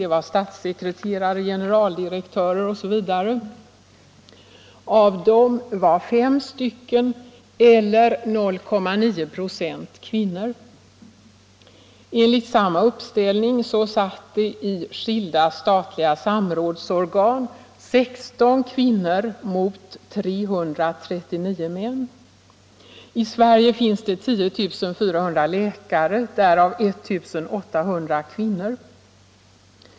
Det gällde statssekreterare, generaldirektörer osv. Av dem var fem =— eller 0,9 96 — kvinnor. Enligt samma uppställning satt i skilda statliga samrådsorgan 16 kvinnor mot 339 män. I Sverige finns det 10 400 läkare, därav 1 800 kvinnor.